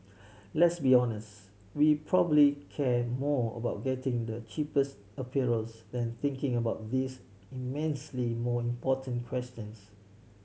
let's be honest we probably care more about getting the cheapest apparels than thinking about these immensely more important questions